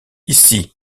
ici